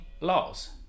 laws